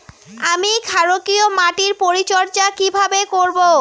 আমি ক্ষারকীয় মাটির পরিচর্যা কিভাবে করব?